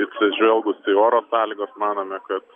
atsižvelgus į oro sąlygas manome kad